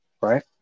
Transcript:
Right